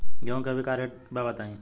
गेहूं के अभी का रेट बा बताई?